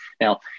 Now